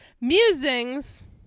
musings